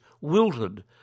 wilted